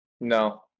No